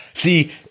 See